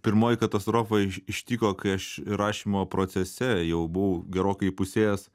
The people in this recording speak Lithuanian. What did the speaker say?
pirmoji katastrofa ištiko kai aš rašymo procese jau buvau gerokai įpusėjęs